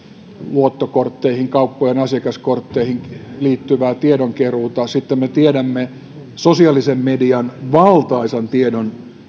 luottokortteihin kauppojen asiakaskortteihin liittyvää tiedonkeruuta sitten me tiedämme sosiaalisen median valtaisan tiedon